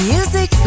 Music